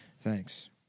Thanks